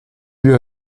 due